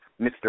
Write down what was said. Mr